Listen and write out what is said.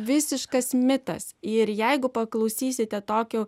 visiškas mitas ir jeigu paklausysite tokių